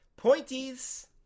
pointies